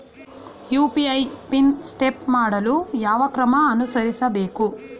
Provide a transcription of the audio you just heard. UPI PIN setup ಮಾಡಲು ಯಾವ ಕ್ರಮ ಅನುಸರಿಸಬೇಕು?